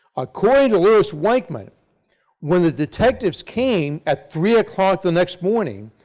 according to louis weichmann when the detectives came, at three o'clock the next morning,